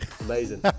amazing